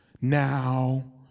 now